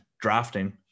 drafting